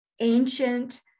ancient